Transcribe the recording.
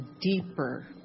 deeper